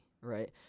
Right